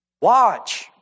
Watch